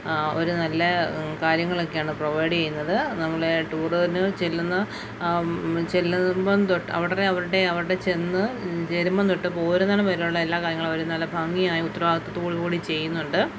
അവർ നല്ല കാര്യങ്ങളൊക്കെയാണ് പ്രൊവൈഡ് ചെയ്യുന്നത് നമ്മളുടെ ടൂറിന് ചെല്ലുന്ന ചെല്ലുമ്പം തൊട്ട് ഉടനെ അവരുടെ ചെന്നു ചേരുമ്പം തൊട്ടു പോരുന്നിടം വരെയുള്ള എല്ലാ കാര്യങ്ങളും അവരെ നല്ല ഭംഗിയായും ഉത്തരവാദിത്വത്തോടു കൂടി ചെയ്യുന്നുണ്ട്